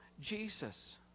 Jesus